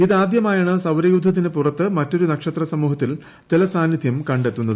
ഇതാദ്യമായാണ് സൌരയൂധത്തിനു പുറത്ത് മറ്റൊരു നക്ഷത്ര സമൂഹത്തിൽ ജലസാന്നിധൃം കണ്ടെത്തുന്നത്